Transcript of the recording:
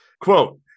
Quote